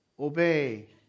Obey